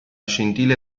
scintille